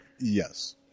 yes